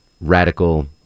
radical